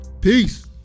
Peace